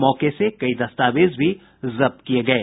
मौके से कई दस्तावेज भी जब्त किये गये